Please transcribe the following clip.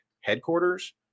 headquarters